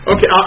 Okay